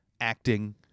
acting